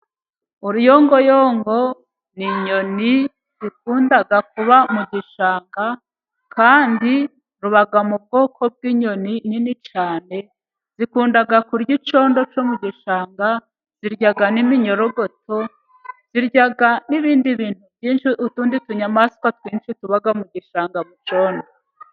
Uruyongoyongo ni inyoni ikunda kuba mu gishanga, kandi rubaga mu bwoko bw'inyoni nini cyane zikunda kurya icyondo cyo mu gishanga. Zirya kandi n'iminyorogoto, zirya n'ibindi bintu byinshi, utundi tunyamaswa twinshi tuba mu gishanga mu cyondo.